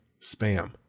spam